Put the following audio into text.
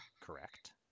Correct